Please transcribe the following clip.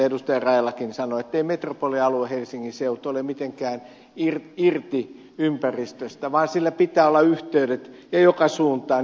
rajalakin sanoi ettei metropolialue helsingin seutu ole mitenkään irti ympäristöstä vaan sillä pitää olla yhteydet ja joka suuntaan